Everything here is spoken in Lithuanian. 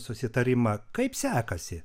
susitarimą kaip sekasi